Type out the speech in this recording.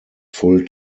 full